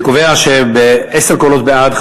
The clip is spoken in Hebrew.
אני קובע שבעשר קולות בעד,